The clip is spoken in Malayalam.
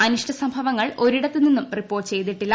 അനിഷ്ട സംഭവങ്ങൾ ഒരിടത്തുനിന്നും റിപ്പോർട്ട് ചെയ്തിട്ടില്ല